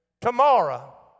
tomorrow